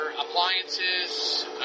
appliances